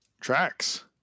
Tracks